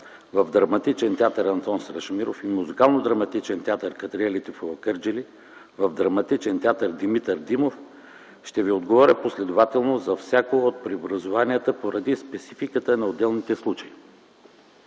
в Драматичния театър „Антон Страшимиров” и на Музикално-драматичния театър „Кадрие Лятифова” – Кърджали, в Драматичния театър „Димитър Димов”, ще ви отговоря последователно за всяко от преобразуванията поради спецификата на отделните случаи.